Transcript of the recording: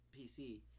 PC